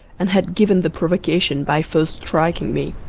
and had given the provocation, by first striking me.